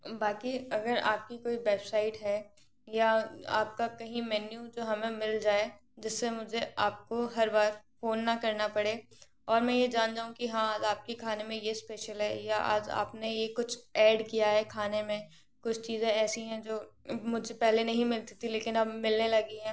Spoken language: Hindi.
बाक़ी अगर आपकी कोई बेबसाइट है या आपका कहीं मेन्यू जो हमें मिल जाए जिससे मुझे आपको हर बार फ़ोन ना करना पड़े और मैं ये जान जाऊँ कि हाँ आज आपके खाने में ये स्पेशल है या आज अपने ये कुछ ऐड किया है खाने मे कुछ चीज़े ऐसी है जो मुझे पहले नहीं मिलती थी लेकिन अब मिलने लगी है